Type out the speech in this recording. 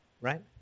Right